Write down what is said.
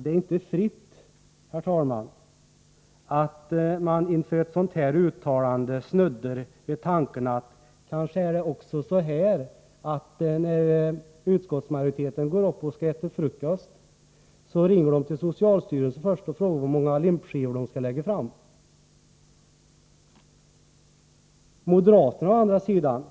Det är inte fritt, herr talman, att jag inför ett sådant här uttalande snuddar vid tanken att det kanske är så, att när representanter för utskottsmajoriteten skall gå upp och äta frukost ringer de till socialstyrelsen först och frågar hur många limpskivor de skall lägga fram. Moderaterna å andra sidan